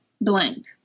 blank